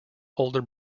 older